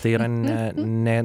tai yra ne ne